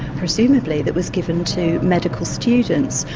presumably that was given to medical students.